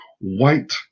white